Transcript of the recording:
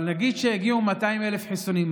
אבל נגיד שיגיעו 200,000 חיסונים,